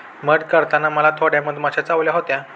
मध काढताना मला थोड्या मधमाश्या चावल्या होत्या